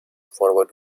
forward